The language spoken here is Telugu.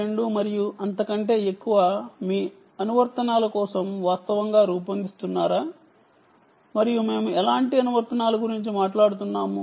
2 మరియు ఆ పైనవి ఇపుడు ఎక్కువగా మీ అనువర్తనాలను వాస్తవంగా రూపొందిద్దుతున్నాయి మరియు మనము ఎలాంటి అనువర్తనాల గురించి మాట్లాడుతున్నాము